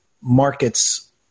markets